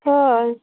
ᱦᱮᱸ